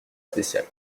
spéciale